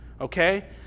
Okay